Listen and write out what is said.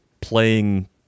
playing